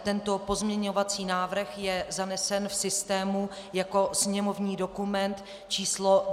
Tento pozměňovací návrh je zanesen v systému jako sněmovní dokument č. 929.